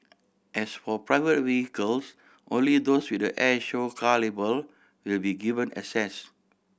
as for private vehicles only those with the air show car label will be given access